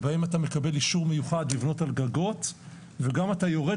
בהם אתה מקבל אישור מיוחד לבנות על גגות וגם אתה יורד